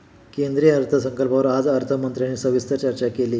केंद्रीय अर्थसंकल्पावर आज अर्थमंत्र्यांनी सविस्तर चर्चा केली